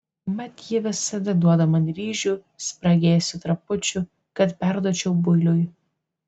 mat ji visada duoda man ryžių spragėsių trapučių kad perduočiau builiui